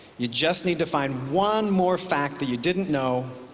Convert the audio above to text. you just need to find one more fact that you didn't know.